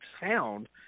sound